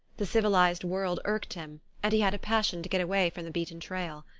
the civilised world irked him and he had a passion to get away from the beaten trail.